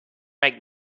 make